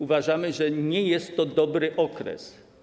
Uważamy, że nie jest to dobry okres.